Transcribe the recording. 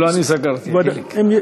השר פה.